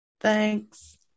Thanks